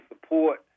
support